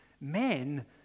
men